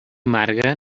amarga